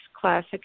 classic